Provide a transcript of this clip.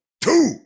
two